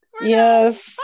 Yes